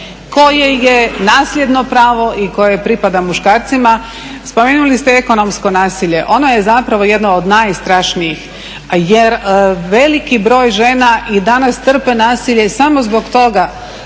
koje je nasljedno pravo i koje pripada muškarcima. Spomenuli ste ekonomsko nasilje, ono je zapravo jedno od najstrašnijih jer veliki broj žena i danas trpe nasilje samo zbog toga